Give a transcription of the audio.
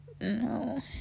no